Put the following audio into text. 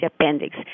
appendix